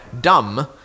dumb